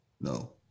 No